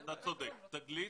אתה צודק, 'תגלית'.